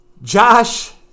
Josh